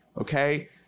okay